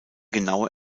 genaue